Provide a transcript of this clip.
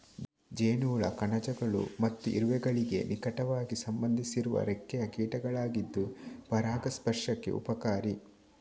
ಜೇನುಹುಳ ಕಣಜಗಳು ಮತ್ತು ಇರುವೆಗಳಿಗೆ ನಿಕಟವಾಗಿ ಸಂಬಂಧಿಸಿರುವ ರೆಕ್ಕೆಯ ಕೀಟಗಳಾಗಿದ್ದು ಪರಾಗಸ್ಪರ್ಶಕ್ಕೆ ಉಪಕಾರಿ